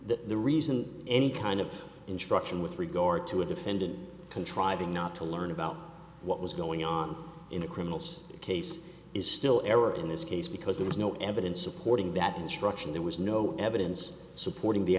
the reason any kind of instruction with regard to a defendant contriving not to learn about what was going on in a criminal case is still error in this case because there was no evidence supporting that instruction there was no evidence supporting the